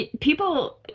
people